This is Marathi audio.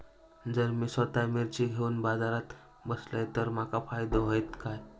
जर मी स्वतः मिर्ची घेवून बाजारात बसलय तर माका फायदो होयत काय?